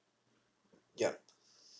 yup